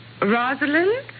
Rosalind